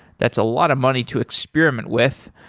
that's a lot of money to experiment with.